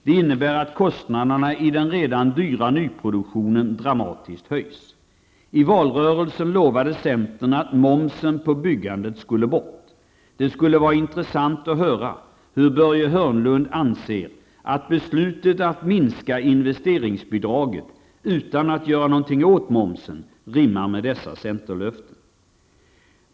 Det innebär att kostnaderna i den redan dyra nyproduktionen dramatiskt höjs. I valrörelsen lovade centern att momsen på byggandet skulle bort. Det skulle vara intressant att höra hur Börje Hörnlund anser att beslutet att minska investeringsbidraget, utan att göra någonting åt momsen, rimmar med dessa centerlöften.